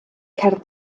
cerdd